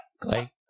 Clay